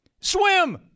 swim